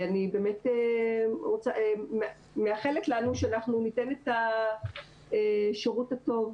אני באמת מאחלת לנו שאנחנו ניתן את השירות הטוב